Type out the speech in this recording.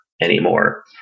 anymore